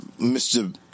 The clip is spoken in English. Mr